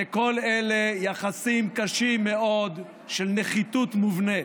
וכל אלה יחסים קשים מאוד של נחיתות מובנית.